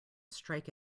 strike